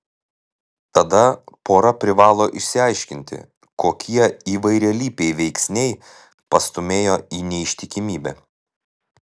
tada pora privalo išsiaiškinti kokie įvairialypiai veiksniai pastūmėjo į neištikimybę